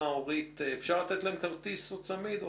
הורית אפשר לתת להם כרטיס או צמיד,